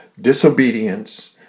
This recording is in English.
disobedience